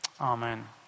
Amen